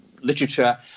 literature